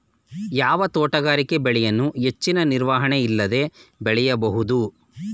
ಯಾವ ತೋಟಗಾರಿಕೆ ಬೆಳೆಯನ್ನು ಹೆಚ್ಚಿನ ನಿರ್ವಹಣೆ ಇಲ್ಲದೆ ಬೆಳೆಯಬಹುದು?